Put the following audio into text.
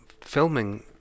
filming